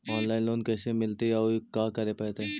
Online loan कैसे मिलतै औ का करे पड़तै?